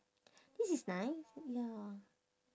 this is nice ya